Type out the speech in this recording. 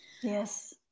Yes